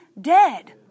dead